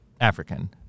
African